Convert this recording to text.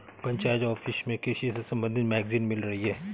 panchayat office में कृषि से संबंधित मैगजीन मिल रही है